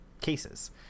cases